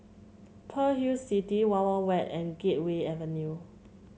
Pearl's Hill City Wild Wild Wet and Gateway Avenue